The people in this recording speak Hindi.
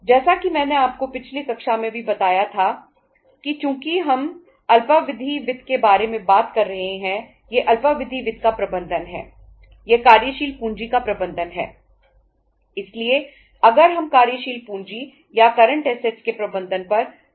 जैसा कि मैंने आपको पिछली कक्षा में भी बताया था कि चूंकि हम अल्पावधि वित्त के बारे में बात कर रहे हैं यह अल्पावधि वित्त का प्रबंधन है यह कार्यशील पूंजी का प्रबंधन है